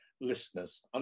listeners